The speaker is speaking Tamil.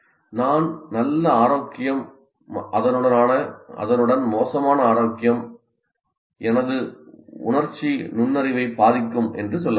நான் நல்ல ஆரோக்கியம் அதனுடன் மோசமான ஆரோக்கியம் எனது உணர்ச்சி நுண்ணறிவையும் பாதிக்கும் என்று சொல்ல முடியும்